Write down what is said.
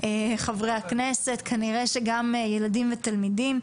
כנראה שגם ילדים ותלמידים.